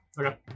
Okay